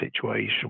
situation